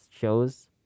shows